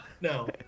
No